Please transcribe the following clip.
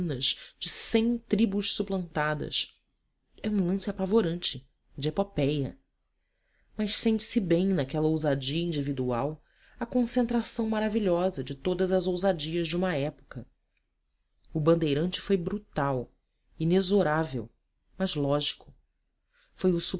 ruínas de cem tribos suplantadas é um lance apavorante de epopéia mas sente-se bem naquela ousadia individual a concentração maravilhosa de todas as ousadias de uma época o bandeirante foi brutal inexorável mas lógico foi o